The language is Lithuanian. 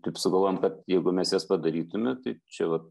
taip sugalvojom kad jeigu mes jas padarytume tai čia vat